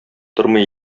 тормый